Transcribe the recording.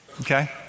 Okay